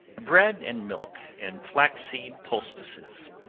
bread and milk, and flaxseed poultices.